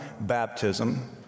baptism